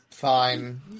Fine